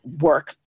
work